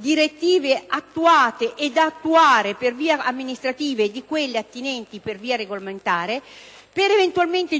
direttive attuate e da attuare per via amministrativa e quelle da attuare per via regolamentare,